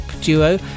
duo